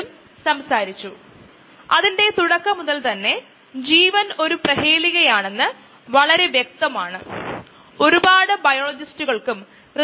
ഒരു ബാച്ച് മറ്റൊന്നുമല്ല നമ്മൾ എല്ലാം ചേർക്കുന്നു ആരംഭ സമയത്ത് എല്ലാം തന്നെ അതിൽ ഉണ്ട് ഇതിൽ കൂട്ടിച്ചേർക്കലോ നീക്കംചെയ്യലോ ഇല്ല